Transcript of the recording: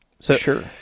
Sure